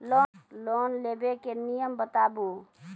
Loan लेबे के नियम बताबू?